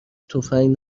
تفنگ